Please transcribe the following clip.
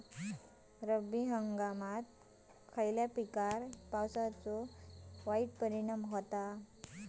रब्बी हंगामात खयल्या पिकार पावसाचो वाईट परिणाम होता?